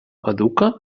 educa